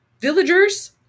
villagers